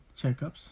checkups